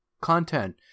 content